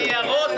הניירות?